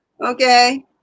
okay